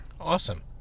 Awesome